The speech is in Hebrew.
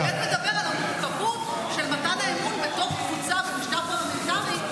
הוא באמת מדבר על המורכבות של מתן האמון בתוך קבוצה במשטר פרלמנטרי.